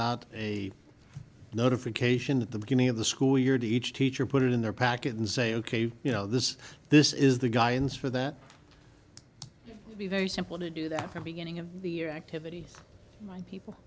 out a notification that the beginning of the school year to each teacher put it in their packet and say ok you know this this is the guidance for that would be very simple to do that from beginning of the year activity on people